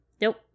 Nope